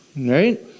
right